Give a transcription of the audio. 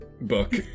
book